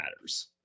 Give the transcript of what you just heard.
matters